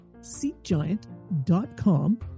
Seatgiant.com